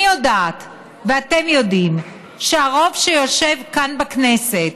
אני יודעת ואתם יודעים שהרוב שיושב כאן בכנסת,